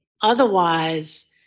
otherwise